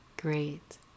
Great